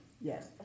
Yes